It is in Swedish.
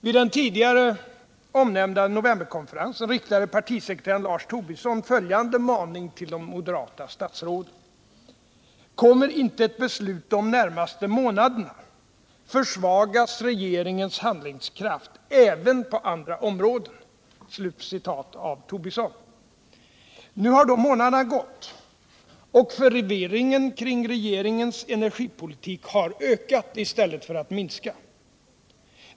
Vid den tidigare omnämnda novemberkonferensen riktade partisekreterare Lars Tobisson följande maning till de moderata statsråden: ”Kommer inte ett beslut de närmaste månaderna försvagas regeringens handlingskraft även på andra områden.” Nu har de månaderna gått, och förvirringen kring regeringens energipolitik har ökat i stället för att minska.